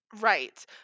right